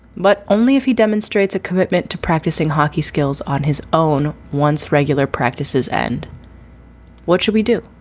but only if he demonstrates a commitment to practicing hockey skills on his own once regular practices end what should we do?